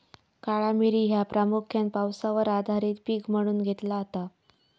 काळा मिरी ह्या प्रामुख्यान पावसावर आधारित पीक म्हणून घेतला जाता